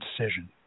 decision